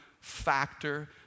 factor